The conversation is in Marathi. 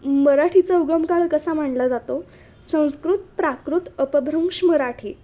मराठीचा उगम काळ कसा मांडला जातो संस्कृत प्राकृत अपभ्रंश मराठी